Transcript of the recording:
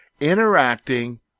interacting